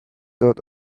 dot